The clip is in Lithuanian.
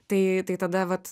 tai tai tada vat